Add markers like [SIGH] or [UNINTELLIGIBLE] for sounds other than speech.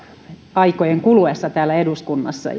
aikojen kuluessa täällä eduskunnassa [UNINTELLIGIBLE]